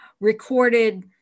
recorded